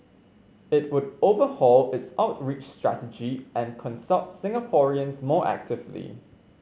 it would overhaul its outreach strategy and consult Singaporeans more actively